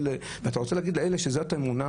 אתה רוצה לקחת אדם אמונה,